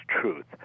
truth